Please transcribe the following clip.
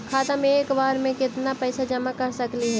खाता मे एक बार मे केत्ना पैसा जमा कर सकली हे?